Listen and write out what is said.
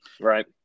right